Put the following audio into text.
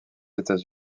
états